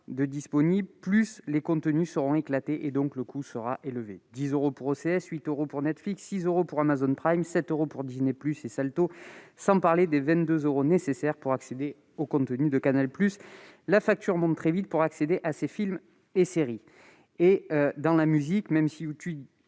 de plateformes, plus les contenus seront éclatés et plus les coûts seront élevés : 10 euros pour OCS, 8 euros pour Netflix, 6 euros pour Amazon Prime, 7 euros pour Disney+ et Salto, sans parler des 22 euros nécessaires pour accéder au contenu de Canal+. La facture monte très vite pour accéder à ces films et séries. En ce qui concerne la musique, même si YouTube